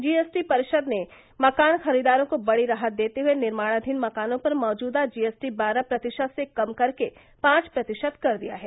GST परिषद ने मकान खरीददारों को बड़ी राहत देते हुए निर्माणाधीन मकानों पर मौजूदा जीएसटी बारह प्रतिशत से कम करके पांच प्रतिशत कर दिया है